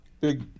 big